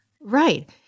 Right